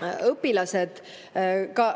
vajavad,